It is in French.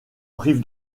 rive